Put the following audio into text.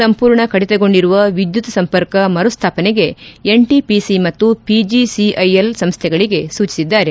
ಸಂಪೂರ್ಣ ಕಡಿತಗೊಂಡಿರುವ ವಿದ್ಯುತ್ ಸಂಪರ್ಕ ಮರುಸ್ವಾಪನೆಗೆ ಎನ್ಟಿಪಿಸಿ ಮತ್ತು ಪಿಜಿಸಿಐಎಲ್ ಸಂಸ್ಟಗಳಗೆ ಸೂಚಿಸಿದ್ದಾರೆ